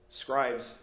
scribes